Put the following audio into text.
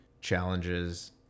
challenges